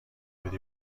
بدی